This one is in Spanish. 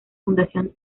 fundación